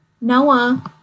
Noah